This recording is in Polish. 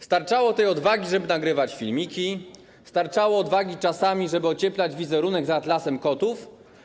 Starczało tej odwagi, żeby nagrywać filmiki, starczało odwagi, żeby czasami ocieplać wizerunek atlasem kotów.